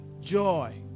joy